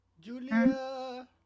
Julia